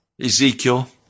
Ezekiel